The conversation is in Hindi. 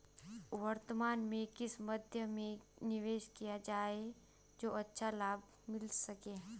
वर्तमान में किस मध्य में निवेश किया जाए जो अच्छा लाभ मिल सके?